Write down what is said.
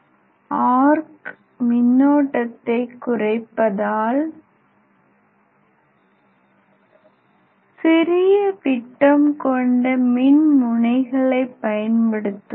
arc மின்னோட்டத்தை குறைப்பதால் சிறிய விட்டம் கொண்ட மின்முனைகளைப் பயன்படுத்துவதால்